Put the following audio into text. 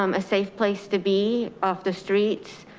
um a safe place to be off the street,